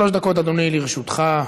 שלוש דקות, אדוני, לרשותך.